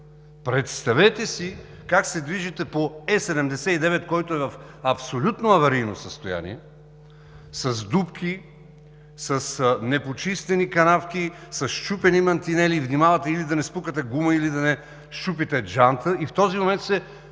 Представете си как се движите по Е-79, който е в абсолютно аварийно състояние – с дупки, с непочистени канавки, със счупени мантинели, внимавате или да не спукате гума, или да не счупите джанта, и в този момент се